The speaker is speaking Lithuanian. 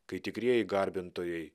kai tikrieji garbintojai